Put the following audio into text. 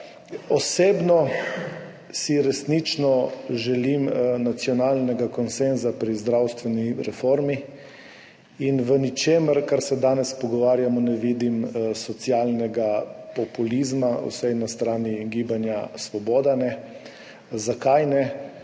Osebno si resnično želim nacionalnega konsenza pri zdravstveni reformi in v ničemer, o čemer se danes pogovarjamo, ne vidim socialnega populizma, vsaj na strani Gibanja Svoboda ne. Zakaj ne?